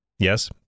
Yes